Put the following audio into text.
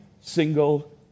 single